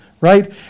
right